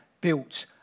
built